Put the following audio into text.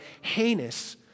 heinous